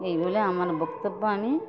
এই বলে আমার বক্তব্য আমি